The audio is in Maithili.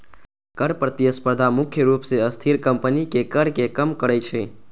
कर प्रतिस्पर्धा मुख्य रूप सं अस्थिर कंपनीक कर कें कम करै छै